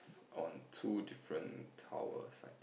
on two different tower sides